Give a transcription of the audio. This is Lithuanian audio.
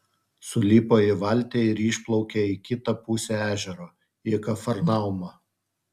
sulipo į valtį ir išplaukė į kitą pusę ežero į kafarnaumą